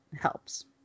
helps